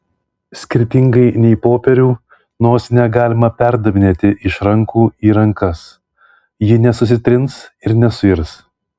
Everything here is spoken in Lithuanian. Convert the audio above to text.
skirtingai nei popierių nosinę galima perdavinėti iš rankų į rankas ji nesusitrins ir nesuirs